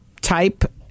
type